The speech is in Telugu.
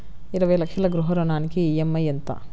ఇరవై లక్షల గృహ రుణానికి ఈ.ఎం.ఐ ఎంత?